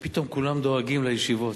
שפתאום כולם דואגים לישיבות.